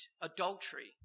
adultery